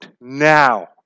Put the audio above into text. now